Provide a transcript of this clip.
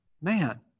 man